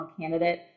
candidate